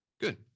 Good